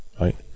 right